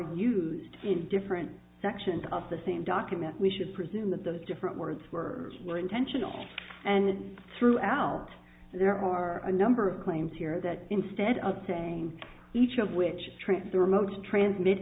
used in different sections of the same document we should presume that those different words words were intentional and throughout there are a number of claims here that instead of saying each of which tra